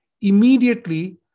immediately